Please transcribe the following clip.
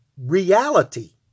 reality